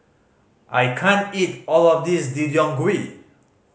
I can't eat all of this Deodeok Gui